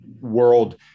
world